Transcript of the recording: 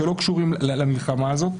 שלא קשורים למלחמה הזאת,